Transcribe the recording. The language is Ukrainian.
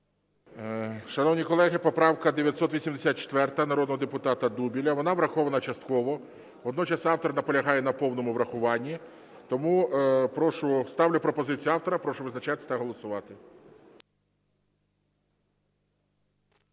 Шановні колеги, поправка 984 народного депутата Дубеля, вона врахована частково, водночас автор наполягає на повному врахуванні. Тому прошу... Ставлю пропозицію автора. Прошу визначатись та голосувати.